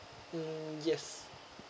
mm yes